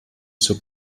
zur